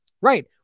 Right